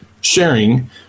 sharing